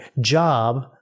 job